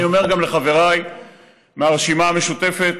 אני גם אומר לחבריי מהרשימה המשותפת: